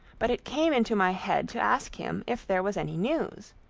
but it came into my head to ask him if there was any news.